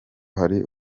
hari